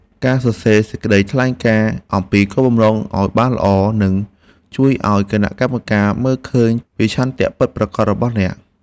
ការសរសេរសេចក្តីថ្លែងការណ៍អំពីគោលបំណងឱ្យបានល្អនឹងជួយឱ្យគណៈកម្មការមើលឃើញពីឆន្ទៈពិតប្រាកដរបស់អ្នក។